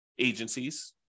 agencies